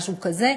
משהו כזה.